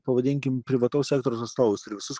pavadinkim privataus sektoriaus atstovus ir visus